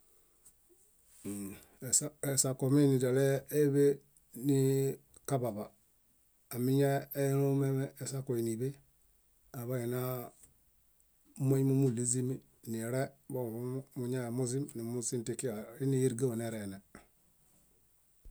Ũũ esako miinidoleeḃe niikaḃaba, ámiñaelomeme esakue níḃe, aḃaina moñmo múɭiźimi nire bomu muñamuzim numuzĩtikia ínerigawo nerene.